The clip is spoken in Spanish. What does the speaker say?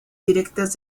directas